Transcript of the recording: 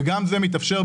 וגם זה מתאפשר,